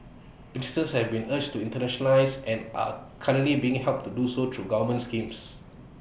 businesses have been urged to internationalise and are currently being helped to do so through government schemes